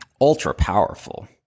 ultra-powerful